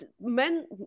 men